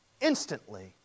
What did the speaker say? instantly